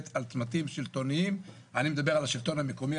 על צמתים שלטוניים אני מדבר על השלטון המקומי,